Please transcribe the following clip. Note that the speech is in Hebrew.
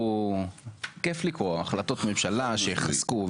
כיף לקרוא החלטות ממשלה שיחזקו,